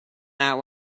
that